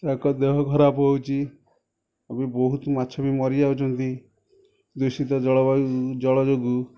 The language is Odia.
ତାଙ୍କ ଦେହ ଖରାପ ହେଉଛି ବହୁତ ମାଛ ବି ମରିଯାଉଛନ୍ତି ଦୂଷିତ ଜଳବାୟୁ ଜଳ ଯୋଗୁଁ